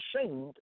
ashamed